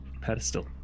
pedestal